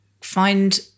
find